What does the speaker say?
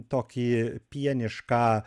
tokį pienišką